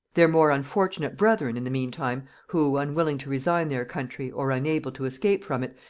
their more unfortunate brethren, in the mean time, who, unwilling to resign their country, or unable to escape from it,